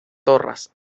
torres